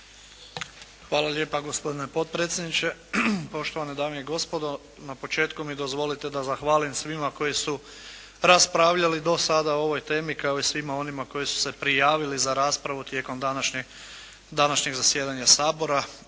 Hvala lijepa gospodine potpredsjedniče, poštovane dame i gospodo, na početku mi dozvolite da zahvalim svima koji su raspravljali do sada o ovoj temi kao i svima onima koji su se prijavili za raspravu tijekom današnjeg zasjedanja Sabora